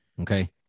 okay